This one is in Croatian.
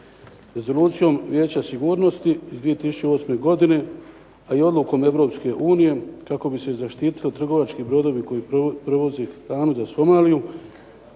Rezolucijom Vijeća sigurnosti iz 2008. godine, a i odlukom Europske unije kako bi se zaštitili trgovački brodovi koji prevoze hranu za Somaliju,